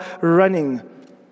running